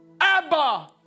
Abba